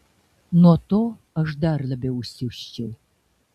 nuo to aš dar labiau įsiusčiau